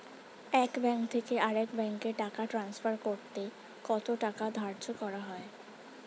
এক ব্যাংক থেকে আরেক ব্যাংকে টাকা টান্সফার করতে কত টাকা ধার্য করা হয়?